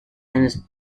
and